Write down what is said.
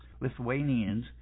Lithuanians